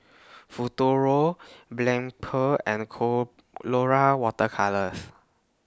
Futuro Blephagel and Colora Water Colours